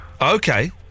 Okay